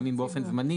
גם אם באופן זמני,